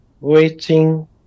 waiting